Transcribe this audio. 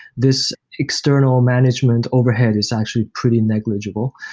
this external management overhead is actually pretty negligible.